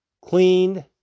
cleaned